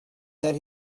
that